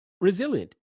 resilient